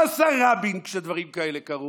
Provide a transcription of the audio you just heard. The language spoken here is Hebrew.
מה עשה רבין כשדברים כאלה קרו?